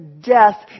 death